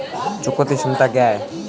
चुकौती क्षमता क्या है?